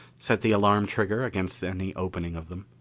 set the alarm trigger against any opening of them,